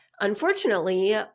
unfortunately